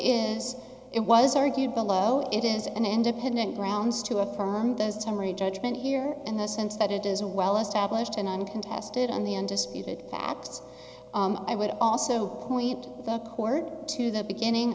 is it was argued below it is an independent grounds to affirm the summary judgment here in the sense that it is a well established and uncontested on the undisputed facts i would also point the court to the beginning